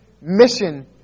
mission